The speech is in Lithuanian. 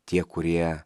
tie kurie